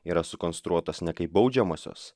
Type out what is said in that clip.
yra sukonstruotos ne kaip baudžiamosios